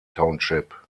township